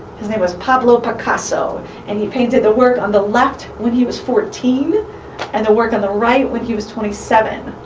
his name was pablo picasso and he painted the work on the left when he was fourteen and the work on the right when he was twenty seven.